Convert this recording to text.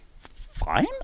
Fine